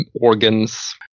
organs